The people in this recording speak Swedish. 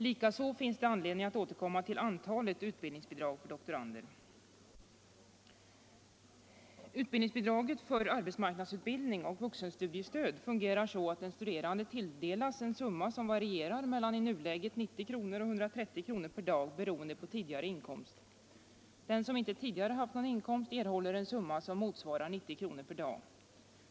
Likaså finns det anledning att återkomma till antalet utbildningsbidrag för doktorander. Utbildningsbidraget för arbetsmarknadsutbildning och vuxenstudiestöd fungerar så, att den studerande tilldelas en summa som varierar mellan i nuläget 90 och 130 kr. per dag beroende på tidigare inkomst. Den som inte tidigare haft någon inkomst erhåller en summa som motsvarar 90 kr. per dag.